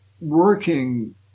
working